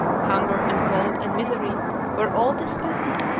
hunger, and cold, and misery were all dispelled.